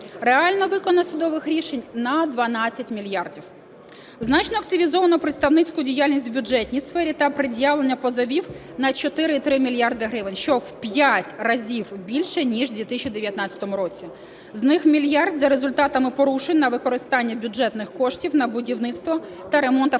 Реально виконано судових рішень на 12 мільярдів. Значно активізовано представницьку діяльність в бюджетній сфері та пред'явлення позовів на 4,3 мільярди гривень, що в 5 разів більше, ніж в 2019 році, з них 1 мільярд – за результатами порушень на використання бюджетних коштів на будівництво та ремонт автомобільних